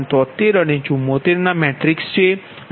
તો આ સમીકરણ 73 અને 74 મેટ્રિક્સ છે